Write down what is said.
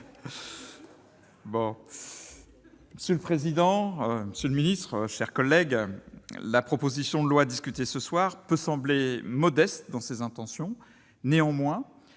Bon, c'est le président, monsieur le ministre, chers collègues, la proposition de loi discutée ce soir peut sembler modeste dans ses intentions, néanmoins,